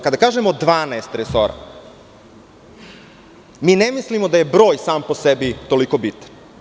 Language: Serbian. Kada kažemo 12 resora, mi ne mislimo da je broj sam po sebi toliko bitan.